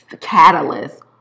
catalyst